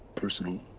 personal?